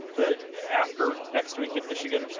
that after next week in michigan,